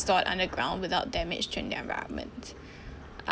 stored underground without damage to the environment